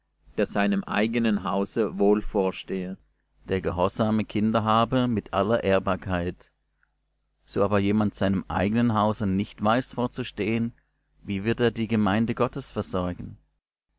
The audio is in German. der seinem eigenen hause wohl vorstehe der gehorsame kinder habe mit aller ehrbarkeit so aber jemand seinem eigenen hause nicht weiß vorzustehen wie wird er die gemeinde gottes versorgen